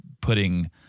putting